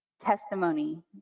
testimony